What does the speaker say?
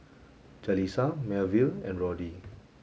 Jalissa Melville and Roddy